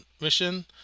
mission